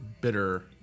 bitter